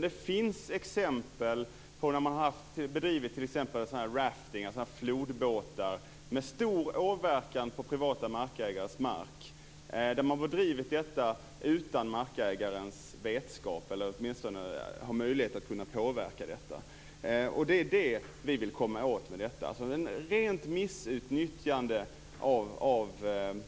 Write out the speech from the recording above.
Det finns exempel på att man har bedrivit rafting - dvs. flodbåtar med stor åverkan på privata markägares mark - utan markägarens vetskap, eller åtminstone utan att markägaren har haft möjlighet att kunna påverka det. Det är det vi vill komma åt med detta. Det handlar om rent missutnyttjande av